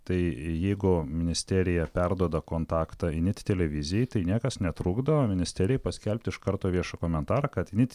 tai jeigu ministerija perduoda kontaktą init televizijai tai niekas netrukdo ministerijai paskelbt iš karto viešą komentarą kad init